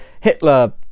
hitler